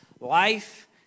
life